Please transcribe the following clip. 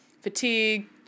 fatigue